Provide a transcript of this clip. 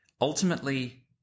ultimately